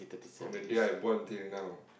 on the day I born till now